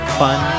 fun